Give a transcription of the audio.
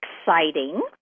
exciting